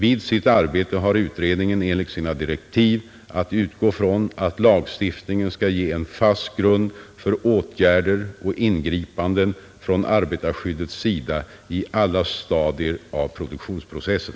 Vid sitt arbete har utredningen enligt sina direktiv att utgå från att lagstiftningen skall ge en fast grund för åtgärder och ingripanden från arbetarskyddets sida i alla stadier av produktionsprocessen.